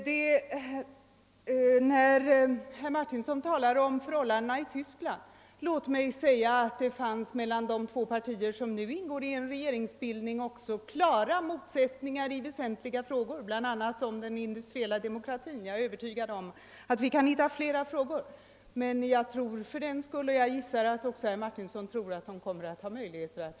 Låt mig med anledning av vad herr Martinsson yttrade om förhållandena i Tyskland säga att det också mellan de två partier, som nu ingår i en regeringsbildning, finns klara motsättningar i väsentliga frågor, bl.a. om den industriella demokratin. Jag är övertygad om att vi kan finna flera sådana frågor, men jag tror trots detta att de har möjligheter att regera tillsammans. Jag hänvisar till att också herr Martinsson ansåg att så var fallet.